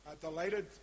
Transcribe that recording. delighted